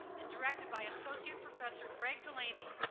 and directed by associate professor greg delaney,